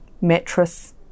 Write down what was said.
mattress